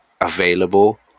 available